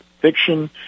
fiction